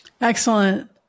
Excellent